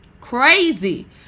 Crazy